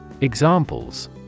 Examples